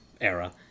era